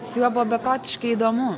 su juo buvo beprotiškai įdomu